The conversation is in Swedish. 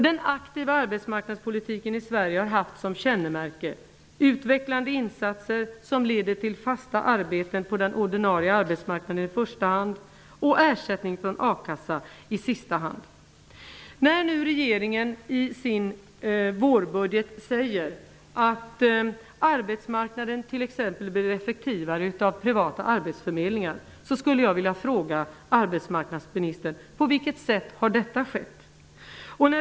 Den aktiva arbetsmarknadspolitikens kännemärke i Sverige har varit utvecklande insatser som leder till fasta arbeten på den ordinarie arbetsmarknaden i första hand och ersättning från a-kassa i sista hand. Regeringen säger i sin vårbudget att arbetsmarknaden t.ex. blir effektivare av privata arbetsförmedlingar. Jag skulle vilja fråga arbetsmarknadsministern på vilket sätt det har skett.